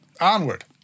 onward